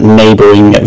neighbouring